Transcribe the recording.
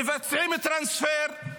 מבצעים טרנספר,